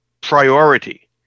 priority